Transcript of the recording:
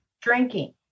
drinking